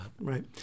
Right